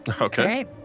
Okay